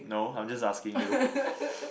no I was just asking you